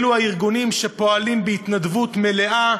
אלה ארגונים שפועלים בהתנדבות מלאה,